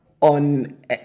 on